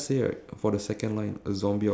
wait you want me to read second or